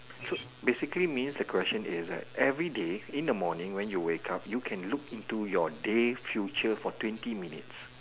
so basically means the question is that every day in the morning when you wake up you can look into your day's future for twenty minutes